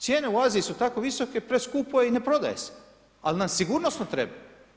Cijene u Aziji su tako visoke, preskupo je i ne prodaje se ali nam sigurnosno treba.